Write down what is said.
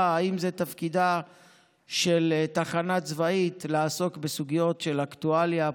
אם זה תפקידה של תחנה צבאית לעסוק בסוגיות של אקטואליה,